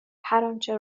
هرآنچه